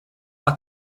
what